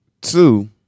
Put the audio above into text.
Two